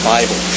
Bible